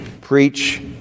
Preach